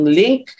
link